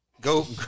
go